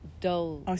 dull